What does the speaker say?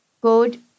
good